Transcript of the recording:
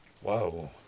Whoa